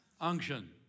unction